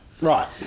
right